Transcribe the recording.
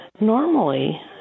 normally